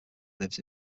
lives